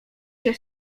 się